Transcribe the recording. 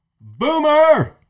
Boomer